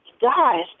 guys